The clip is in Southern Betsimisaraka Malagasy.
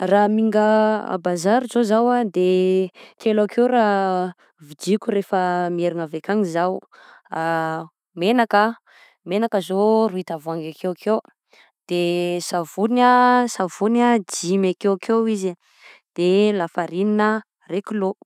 Ra minga à bazary zao zaho de, telo akeo raha vidiko refa mierina avy akany zaho menaka, menaka zao roy tavoangy akekeo, de savony a, savony a dimy akeo izy de lafarina ray kilao.